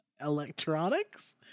electronics